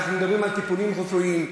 אנחנו מדברים על טיפולים רפואיים,